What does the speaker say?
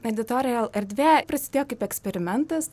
editorial erdvė prasidėjo kaip eksperimentas